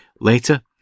Later